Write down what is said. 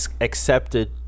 accepted